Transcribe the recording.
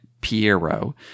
Piero